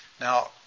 Now